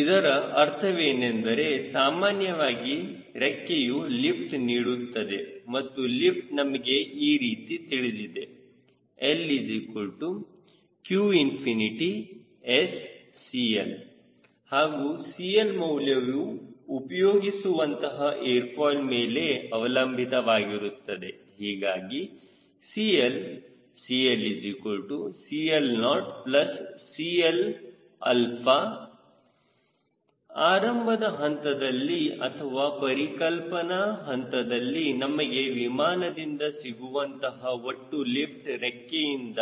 ಇದರ ಅರ್ಥವೇನೆಂದರೆ ಸಾಮಾನ್ಯವಾಗಿ ರೆಕ್ಕೆಯು ಲಿಫ್ಟ್ ನೀಡುತ್ತದೆ ಮತ್ತು ಲಿಫ್ಟ್ ನಮಗೆ ಈ ರೀತಿ ತಿಳಿದಿದೆ 𝐿 𝑞œ𝑆𝐶L ಹಾಗೂ CL ಮೌಲ್ಯವು ಉಪಯೋಗಿಸುವಂತಹ ಏರ್ ಫಾಯ್ಲ್ ಮೇಲೆ ಅವಲಂಬಿತವಾಗಿರುತ್ತದೆ ಹೀಗಾಗಿ CL 𝐶L 𝐶LO 𝐶Lα𝛼 ಆರಂಭದ ಹಂತದಲ್ಲಿ ಅಥವಾ ಪರಿಕಲ್ಪನಾ ಹಂತದಲ್ಲಿ ನಮಗೆ ವಿಮಾನದಿಂದ ಸಿಗುವಂತಹ ಒಟ್ಟು ಲಿಫ್ಟ್ ರೆಕ್ಕೆಯಿಂದ